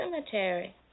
cemetery